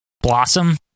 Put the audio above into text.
Blossom